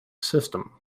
system